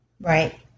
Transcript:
right